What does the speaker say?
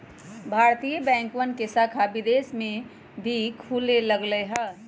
भारतीय बैंकवन के शाखा विदेश में भी खुले लग लय है